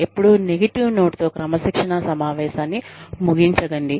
ఎప్పుడూ negative note తో క్రమశిక్షణా సమావేశాన్ని ముగించకండి